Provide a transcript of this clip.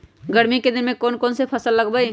गर्मी के दिन में कौन कौन फसल लगबई?